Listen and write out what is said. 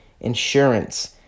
Insurance